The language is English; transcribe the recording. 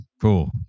Cool